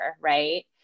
right